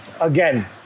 again